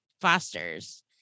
fosters